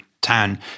town